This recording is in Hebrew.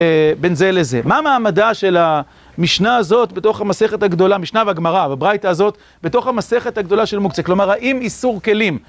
בין זה לזה. מה המעמדה של המשנה הזאת בתוך המסכת הגדולה? המשנה והגמרא, הברייטה הזאת, בתוך המסכת הגדולה של מוקצה? כלומר, האם איסור כלים...?